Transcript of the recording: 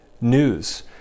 news